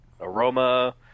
aroma